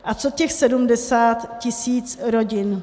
A co těch 70 tisíc rodin?